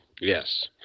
Yes